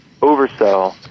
oversell